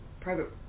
private